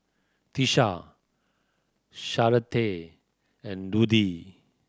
Tisha Charlottie and Ludie